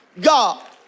God